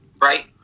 right